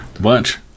Bunch